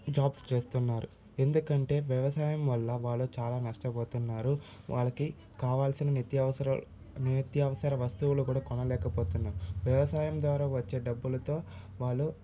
jobs చేస్తున్నారు ఎందుకంటే వ్యవసాయం వల్ల వాళ్ళు చాలా నష్టపోతున్నారు వాళ్ళకి కావాల్సిన నిత్యవసర నిత్యవసర వస్తువులు కూడా కొనలేకపోతున్నారు వ్యవసాయం ద్వారా వచ్చిన డబ్బులతో వాళ్ళు